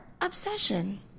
obsession